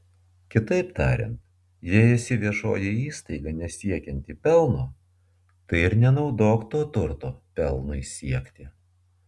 kitaip tariant jei esi viešoji įstaiga nesiekianti pelno tai ir nenaudok to turto pelnui siekti